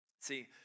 See